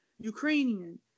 Ukrainian